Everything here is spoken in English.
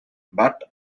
but